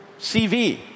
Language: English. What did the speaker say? CV